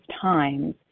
times